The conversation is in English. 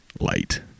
light